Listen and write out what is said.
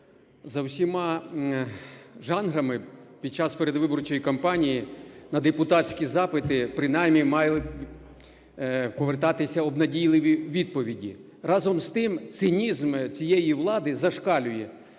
За всіма жанрами під час передвиборчої кампанії на депутатські запити принаймні мали б повертатися обнадійливі відповіді. Разом з тим, цинізм цієї влади зашкалює.